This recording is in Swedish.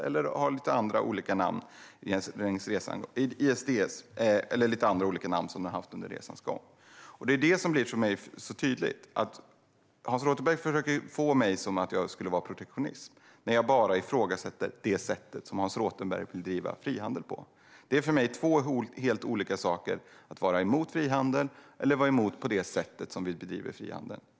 Den har haft lite olika namn under resans gång, såsom ISDS. Det är det som blir så tydligt för mig - att Hans Rothenberg försöker få mig att framstå som protektionist när jag bara ifrågasätter sättet som Hans Rothenberg vill bedriva frihandel på. Det är för mig två helt olika saker att vara emot frihandel och att vara emot vårt sätt att bedriva frihandel.